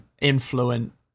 influence